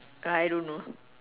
uh I don't know